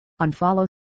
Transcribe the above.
unfollow